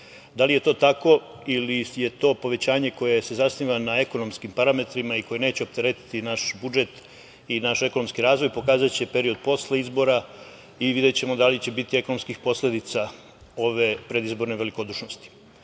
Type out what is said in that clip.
li je to tako ili je to povećanje koje se zasniva na ekonomskim parametrima i koje neće opteretiti naš budžet i naš ekonomski razvoj pokazaće period posle izbora i videćemo da li će biti ekonomskih posledica ove predizborne velikodušnosti. Druga